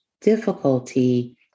difficulty